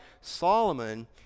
Solomon